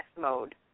mode